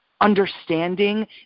understanding